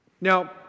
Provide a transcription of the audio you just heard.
Now